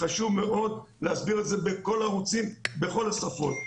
חשוב מאוד להסביר את זה בכל הערוצים, בכל השפות.